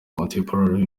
contemporary